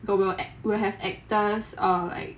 got will have actors err like